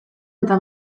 eta